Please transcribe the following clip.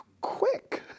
quick